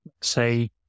say